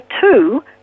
two